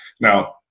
Now